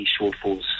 shortfalls